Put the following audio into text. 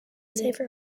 saver